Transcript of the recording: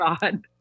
God